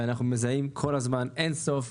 ואנחנו מזהים כל הזמן אין סוף,